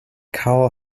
karl